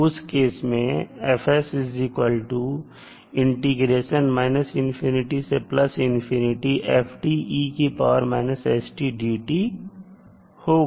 उस केस में होगा